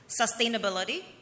sustainability